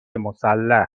مسلح